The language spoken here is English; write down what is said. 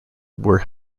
were